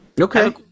Okay